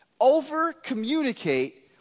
Over-communicate